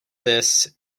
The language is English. this